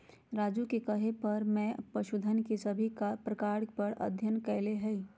राजू के कहे पर मैं पशुधन के सभी प्रकार पर अध्ययन कैलय हई